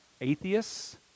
atheists